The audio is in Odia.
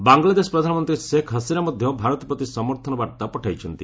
ବାଙ୍ଗଲାଦେଶ ପ୍ରଧାନମନ୍ତ୍ରୀ ଶେଖ୍ ହାସିନା ମଧ୍ୟ ଭାରତ ପ୍ରତି ସମର୍ଥନ ବାର୍ଭା ପଠାଇଛନ୍ତି